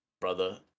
brother